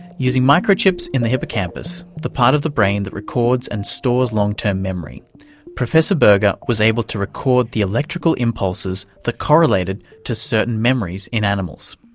using microchips in the hippocampus the part of the brain that records and stores long-term memory professor berger was able to record the electrical impulses that correlated to certain memories in animals.